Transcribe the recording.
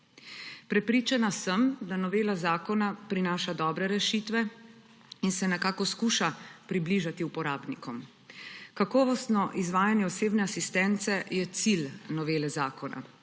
Prepričana sem, da novela zakona prinaša dobre rešitve in se nekako poskuša približati uporabnikom. Kakovostno izvajanje osebne asistence je cilj novele zakona,